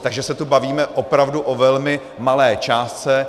Takže se tu bavíme opravdu o velmi malé částce.